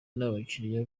n’abakiriya